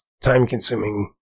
time-consuming